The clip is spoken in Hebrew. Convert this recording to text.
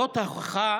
זאת ההוכחה